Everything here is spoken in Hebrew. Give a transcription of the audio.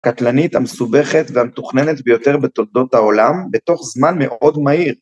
הקטלנית המסובכת והמתוכננת ביותר בתולדות העולם, בתוך זמן מאוד מהיר.